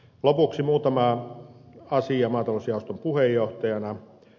lopuksi muutama asia maatalousjaoston puheenjohtajana